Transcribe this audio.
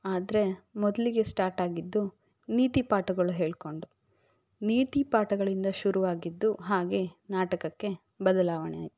ಆದರೆ ಮೊದಲಿಗೆ ಸ್ಟಾರ್ಟ್ ಆಗಿದ್ದು ನೀತಿ ಪಾಠಗಳು ಹೇಳಿಕೊಂಡು ನೀತಿ ಪಾಠಗಳಿಂದ ಶುರುವಾಗಿದ್ದು ಹಾಗೆ ನಾಟಕಕ್ಕೆ ಬದಲಾವಣೆ ಆಯಿತು